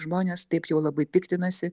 žmonės taip jau labai piktinasi